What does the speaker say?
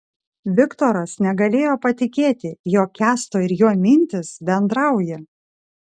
viktoras negalėjo patikėti jog kęsto ir jo mintys bendrauja